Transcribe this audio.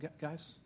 guys